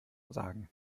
sagen